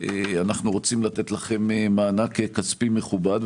אנחנו רוצים לתת לכם מענק כספי מכובד,